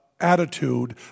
Attitude